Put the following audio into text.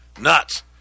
nuts